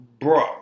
Bro